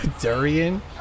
Durian